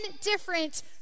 different